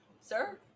sir